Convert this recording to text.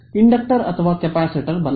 inductor ಅಥವಾ capacitor ಬಲ